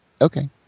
Okay